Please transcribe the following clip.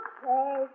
Okay